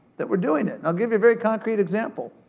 that we're doing it. and i'll give you a very concrete example.